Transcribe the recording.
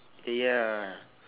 ya